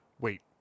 Wait